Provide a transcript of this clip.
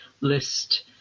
list